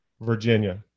Virginia